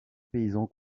paysans